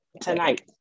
tonight